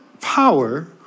power